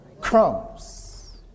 Crumbs